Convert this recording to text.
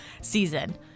season